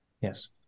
yes